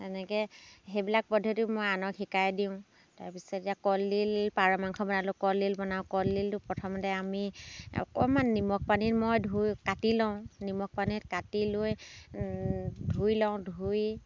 এনেকে সেইবিলাক পদ্ধতি মই আনক শিকাই দিওঁ তাৰ পিছত এতিয়া কলডিল পাৰ মাংস বনালোঁ কলডিল বনাওঁ কলডিলটো প্ৰথমতে আমি অকণমান নিমখ পানীত মই ধুই কাটি লওঁ নিমখ পানীত কাটি লৈ ধুই লওঁ ধুই